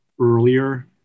earlier